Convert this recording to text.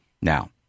Now